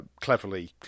cleverly